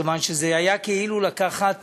מכיוון שזה היה כאילו לקחת